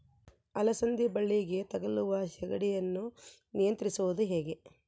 ಅಲಸಂದಿ ಬಳ್ಳಿಗೆ ತಗುಲುವ ಸೇಗಡಿ ಯನ್ನು ನಿಯಂತ್ರಿಸುವುದು ಹೇಗೆ?